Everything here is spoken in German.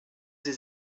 sie